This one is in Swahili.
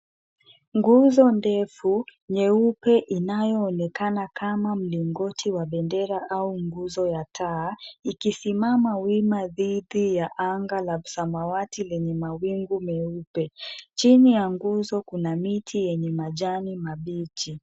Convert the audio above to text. Nguzo ndefu nyeupe inayoonekana kama mlingoti wa bendera au nguzo ya taa, ikisimama wima dhidi ya anga la samawati lenye mawingu meupe. Chini ya nguzo kuna miti yenye majani mabichi.